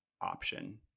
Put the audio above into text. option